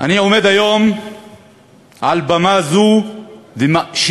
אני עומד היום על במה זו ומאשים,